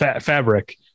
fabric